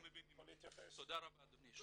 תודה רבה אדוני.